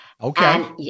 Okay